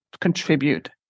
contribute